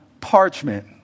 parchment